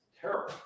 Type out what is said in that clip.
Terrible